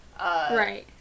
right